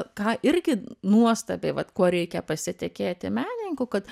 ką irgi nuostabiai vat kuo reikia pasitikėti menininku kad